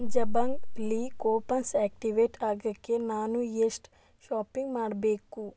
ಜಬಂಗ್ಲಿ coupons activate ಆಗೋಕ್ಕೆ ನಾನು ಎಷ್ಟು ಶಾಪಿಂಗ್ ಮಾಡಬೇಕು